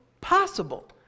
Possible